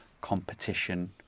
competition